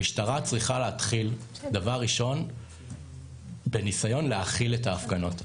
המשטרה צריכה להתחיל דבר ראשון בניסיון להכיל את ההפגנות.